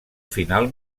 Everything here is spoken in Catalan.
final